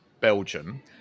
Belgium